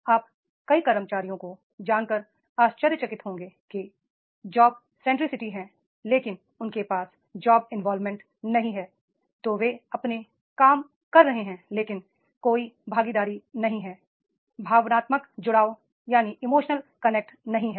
आप कई कर्मचारियों को जानकर आश्चर्यचकित होंगे जो उच्च जॉब संट्रिक हैं लेकिन उनके पास जॉब इनवॉल्वमेंट नहीं है तो वे अपने काम कर रहे हैं लेकिन कोई भागीदारी नहीं है इमोशनल कनेक्ट नहीं है